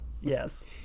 Yes